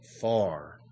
far